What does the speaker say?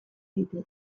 ditu